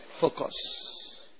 Focus